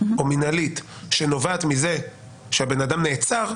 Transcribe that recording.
או מינהלית שנובעת מזה שהבן אדם נעצר,